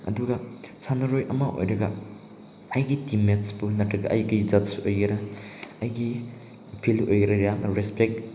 ꯑꯗꯨꯒ ꯁꯥꯟꯅꯔꯣꯏ ꯑꯃ ꯑꯣꯏꯔꯒ ꯑꯩꯒꯤ ꯇꯤꯝꯃꯦꯠꯁꯄꯨ ꯅꯠꯇ꯭ꯔꯒ ꯑꯩꯒꯤ ꯖꯠꯁ ꯑꯣꯏꯒꯦꯔ ꯑꯩꯒꯤ ꯐꯦꯟ ꯑꯣꯏꯒꯦꯔ ꯌꯥꯝꯅ ꯔꯦꯁꯄꯦꯛ